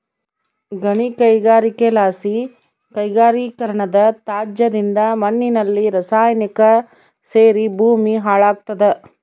ಗಣಿಗಾರಿಕೆಲಾಸಿ ಕೈಗಾರಿಕೀಕರಣದತ್ಯಾಜ್ಯದಿಂದ ಮಣ್ಣಿನಲ್ಲಿ ರಾಸಾಯನಿಕ ಸೇರಿ ಭೂಮಿ ಹಾಳಾಗ್ತಾದ